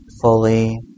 fully